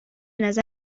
نظر